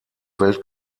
welt